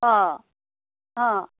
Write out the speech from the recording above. অ' অ'